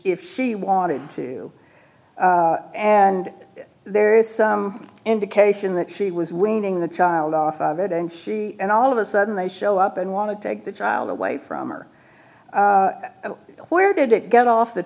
if she wanted to and there is some indication that she was winning the child off of it and see and all of a sudden they show up and want to take the child away from or where did it get off the